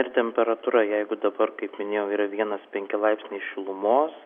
ir temperatūra jeigu dabar kaip minėjau yra vienas penki laipsniai šilumos